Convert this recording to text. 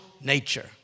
nature